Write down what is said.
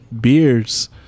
beers